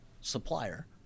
supplier